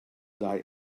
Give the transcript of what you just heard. die